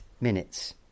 minutes